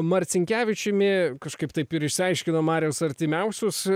marcinkevičiumi kažkaip taip ir išsiaiškinom mariaus artimiausius